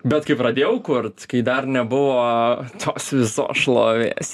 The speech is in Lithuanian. bet kai pradėjau kurt kai dar nebuvo tos visos šlovės